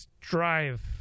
drive